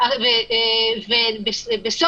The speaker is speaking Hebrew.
משרד